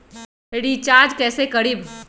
Recharge कैसे करीब?